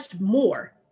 more